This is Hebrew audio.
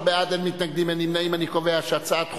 ועדה מוועדותיה שהוסמכה לכך.